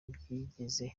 byigeze